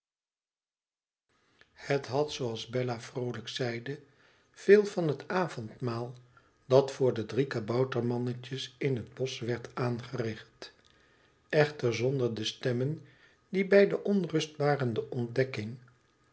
het had zooalsbella vroolijk zeide veel van het avondmaal dat voor de drie kaboutermannetjes in het bosch werd aangericht echter zonder de stemmen die bij de onrustbarende ontdekking